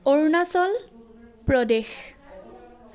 Arunachal Pradesh